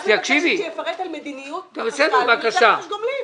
אני רק מבקשת שהוא יפרט על מדיניות של המשרד בנושא רכש גומלין.